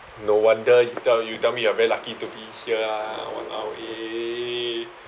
no wonder you tell you tell me you are very lucky to be here lah !walao! eh